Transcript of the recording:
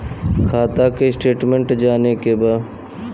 खाता के स्टेटमेंट जाने के बा?